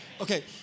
Okay